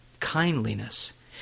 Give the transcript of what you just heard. kindliness